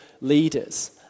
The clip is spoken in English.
leaders